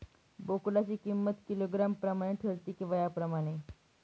बोकडाची किंमत किलोग्रॅम प्रमाणे ठरते कि वयाप्रमाणे?